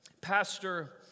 Pastor